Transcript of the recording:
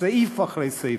סעיף אחרי סעיף.